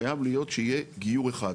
חייב להיות שיהיה גיור אחד.